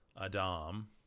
Adam